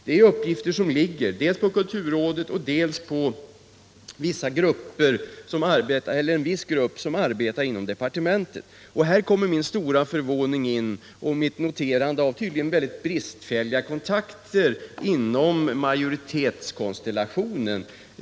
Det är uppgifter som ligger dels på — Kulturpolitiken kulturrådet och statens ungdomsråd, dels på en viss grupp som arbetar inom departementet. Här kommer min stora förvåning in och mitt noterande av uppenbarligen bristfälliga kontakter inom majoritetskonstellationen.